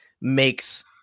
makes